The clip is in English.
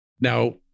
Now